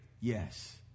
yes